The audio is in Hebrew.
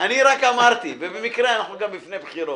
אני רק אמרתי, ובמקרה אנחנו גם לפני בחירות.